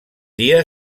dia